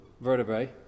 vertebrae